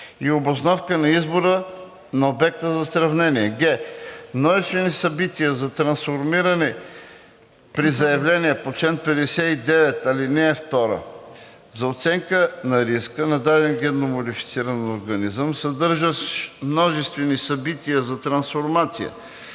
и обосновка на избора на обекта за сравнение. г) множествени събития на трансформация при заявления по чл. 59, ал. 2: За оценка на риска на даден генно модифициран организъм, съдържащ множествени събития на трансформация,